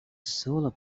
solar